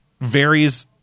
varies